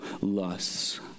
lusts